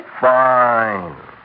Fine